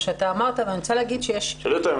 שאתה אמרת ואני רוצה להגיד שיש --- תשאלי אותם אם